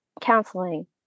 counseling